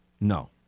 No